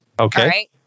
Okay